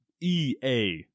EA